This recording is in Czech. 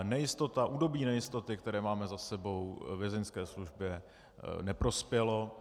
Nejistota, období nejistoty, které máme za sebou, Vězeňské službě neprospělo.